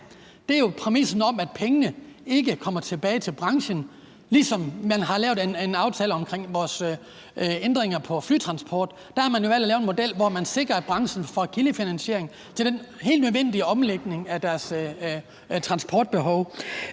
dag, er jo præmissen om, at pengene ikke kommer tilbage til branchen, ligesom det er tilfældet omkring vores aftale om ændringer i flytransporten. Der har man jo valgt at lave en model, hvor man sikrer, at branchen får kildefinansiering til den helt nødvendige omlægning til vedvarende